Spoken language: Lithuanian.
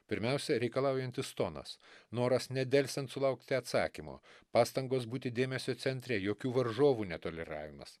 pirmiausia reikalaujantis tonas noras nedelsiant sulaukti atsakymo pastangos būti dėmesio centre jokių varžovų netoleravimas